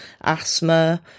asthma